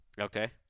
Okay